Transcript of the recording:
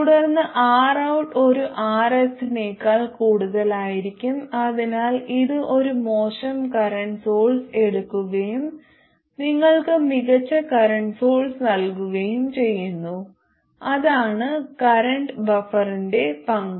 തുടർന്ന് Rout ഒരു Rs നേക്കാൾ കൂടുതലായിരിക്കും അതിനാൽ ഇത് ഒരു മോശം കറന്റ് സോഴ്സ് എടുക്കുകയും നിങ്ങൾക്ക് മികച്ച കറന്റ് സോഴ്സ് നൽകുകയും ചെയ്യുന്നു അതാണ് കറന്റ് ബഫറിന്റെ പങ്ക്